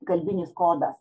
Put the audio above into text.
kalbinis kodas